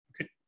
Okay